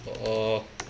err